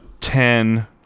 ten